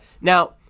Now